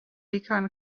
began